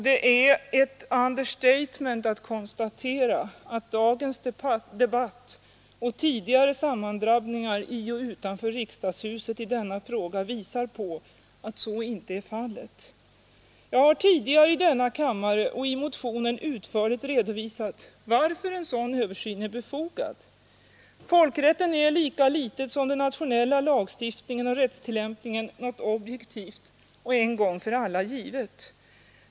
Det är ett understatement att konstatera att dagens debatt och tidigare sammandrabbningar i och utanför riksdagshuset i denna fråga visar på att så inte är fallet. Jag har tidigare i denna kammare och i motionen utförligt redovisat varför en sådan översyn är befogad. Folkrätten är lika litet som den nationella lagstiftningen och rättstillämpningen något objektivt och en gång för alla givet.